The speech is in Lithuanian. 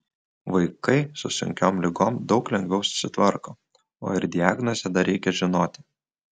vaikai su sunkiom ligom daug lengviau susitvarko o ir diagnozę dar reikia žinoti